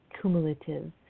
cumulative